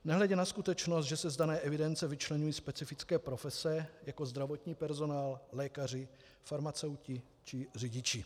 Nehledě na skutečnost, že se z dané evidence vyčlení specifické profese jako zdravotní personál, lékaři, farmaceuti či řidiči.